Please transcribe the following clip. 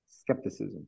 skepticism